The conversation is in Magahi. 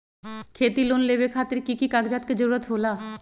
खेती लोन लेबे खातिर की की कागजात के जरूरत होला?